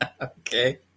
Okay